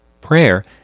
Prayer